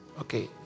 Okay